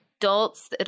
adults